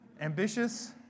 ambitious